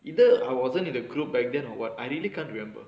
you know I wasn't in the group back then or what I really can't remember